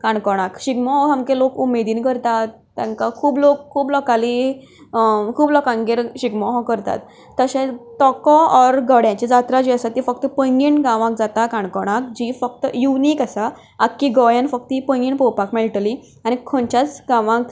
काणकोणाक शिगमो हो लोक सामके उमेदीन करतात तांकां खूब लोक खूब लोकाची खूब लोकांगेर शिगमो हो करतात तशेंच टोंको ओर गड्याची जात्रा जी आसा ती फकत पैंगीण गांवांत जाता काणकोणांत जी फक्त युनीक आसा की गोंयांत फक्त ही पैंगीण पळोवपाक मेळटली आनी खंयच्याच गांवांत